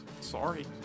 Sorry